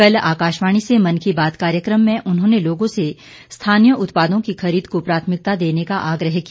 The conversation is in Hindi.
कल आकाशवाणी से मन की बात कार्यक्रम में उन्होंने लोगों से स्थानीय उत्पादों की खरीद को प्राथमिकता देने का आग्रह किया